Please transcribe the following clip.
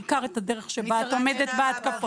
בעיקר את הדרך שבה את עומדת בהתקפות.